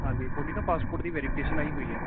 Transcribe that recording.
ਹਾਂਜੀ ਤੁਹਾਡੀ ਨਾ ਪਾਸਪੋਰਟ ਦੀ ਵੈਰੀਫਿਕੇਸ਼ਨ ਆਈ ਹੋਈ ਆ